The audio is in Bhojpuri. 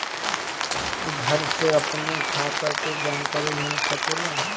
घर से अपनी खाता के जानकारी मिल सकेला?